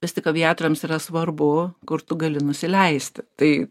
vis tik aviatoriams yra svarbu kur tu gali nusileisti tai